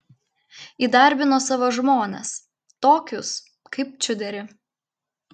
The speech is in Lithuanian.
įdarbino savo žmones tokius kaip čiuderį